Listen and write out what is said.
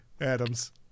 Adams